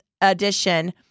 edition